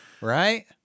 right